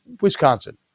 Wisconsin